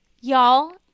Y'all